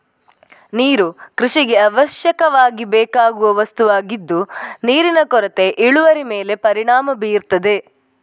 ನೀರು ಕೃಷಿಗೆ ಅವಶ್ಯಕವಾಗಿ ಬೇಕಾಗುವ ವಸ್ತುವಾಗಿದ್ದು ನೀರಿನ ಕೊರತೆ ಇಳುವರಿ ಮೇಲೆ ಪರಿಣಾಮ ಬೀರ್ತದೆ